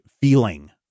feeling